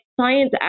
science